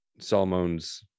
Salmon's